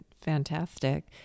Fantastic